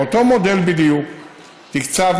באותו מודל בדיוק תקצבנו,